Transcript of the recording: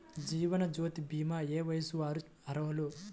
జీవనజ్యోతి భీమా ఏ వయస్సు వారు అర్హులు?